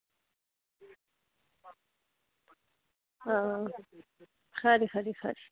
आं खरी खरी खरी